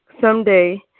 someday